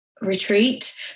retreat